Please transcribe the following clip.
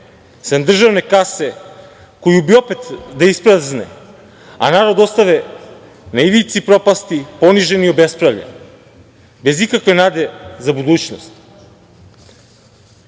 sem državne kase koju bi opet da isprazne, a narod ostane na ivici propasti, poniženi i obespravljeni, bez ikakve nade za budućnost.